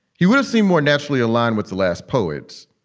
he would've seemed more naturally aligned with the last poets.